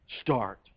start